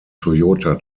toyota